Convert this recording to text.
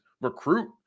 recruit